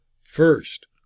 First